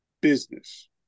business